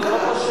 מה קרה?